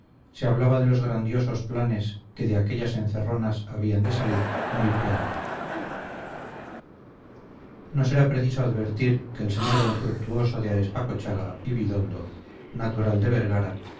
se hablaba de los grandiosos planes que de aquellas encerronas habían de salir muy pronto no será preciso advertir que el sr d fructuoso de arespacochaga y vidondo natural de vergara